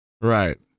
Right